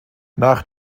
nach